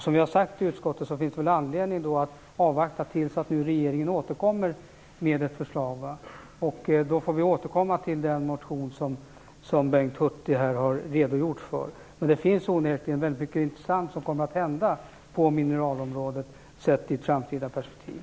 Som vi har sagt i utskottet finns det anledning att avvakta till dess att regeringen återkommer med ett förslag. Då får vi återigen ta upp den motion som Bengt Hurtig här har redogjort för. Det är onekligen väldigt mycket intressant som kommer att hända på mineralområdet, sett i ett framtida perspektiv.